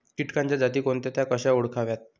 किटकांच्या जाती कोणत्या? त्या कशा ओळखाव्यात?